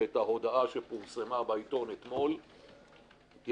שאת ההודעה שפורסמה בעיתון אתמול יתרגמו